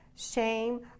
shame